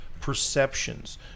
perceptions